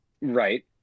Right